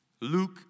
Luke